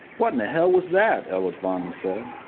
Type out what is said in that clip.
what in the hell was that? ella had finally said.